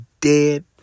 dead